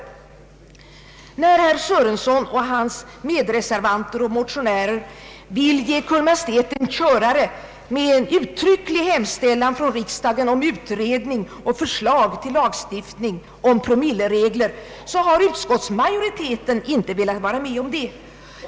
När herr Sörenson och hans medreservanter liksom motionärerna vill ge Kungl. Maj:t en påstötning med uttrycklig hemställan från riksdagen om utredning och förslag till lagstiftning om promilleregler, har utskottsmajoriteten inte velat vara med om detta.